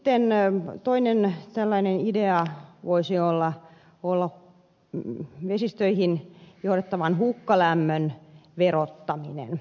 sitten toinen tällainen idea voisi olla vesistöihin johdettavan hukkalämmön verottaminen